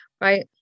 right